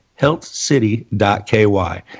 healthcity.ky